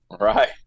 Right